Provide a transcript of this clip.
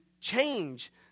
change